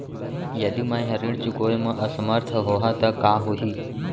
यदि मैं ह ऋण चुकोय म असमर्थ होहा त का होही?